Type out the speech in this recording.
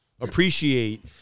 Appreciate